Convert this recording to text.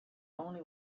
only